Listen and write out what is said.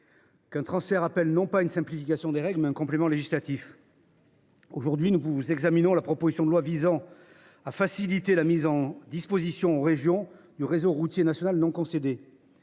qu’un transfert appelle non pas une simplification des règles, mais un complément législatif. Nous examinons aujourd’hui la proposition de loi visant à faciliter la mise à disposition aux régions du réseau routier national non concédé.